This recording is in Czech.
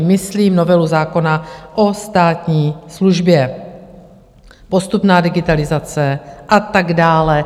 Myslím novelu zákona o státní službě, postupnou digitalizaci a tak dále.